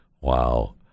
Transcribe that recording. wow